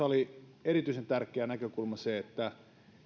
oli erityisen tärkeä näkökulma se että